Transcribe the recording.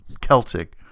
Celtic